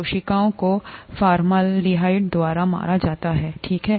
कोशिकाओं को फॉर्मलाडेहाइड द्वारा मारा जाता है ठीक है